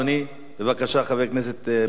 בבקשה, חבר הכנסת מסעוד גנאים.